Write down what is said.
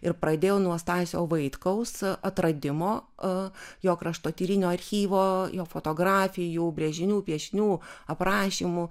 ir pradėjau nuo stasio vaitkaus atradimo a jo kraštotyrinio archyvo jo fotografijų brėžinių piešinių aprašymų